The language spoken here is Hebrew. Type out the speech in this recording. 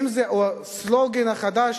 האם זה הסלוגן החדש